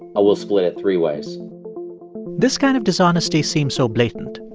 ah we'll split it three ways this kind of dishonesty seems so blatant,